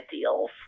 deals